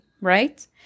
right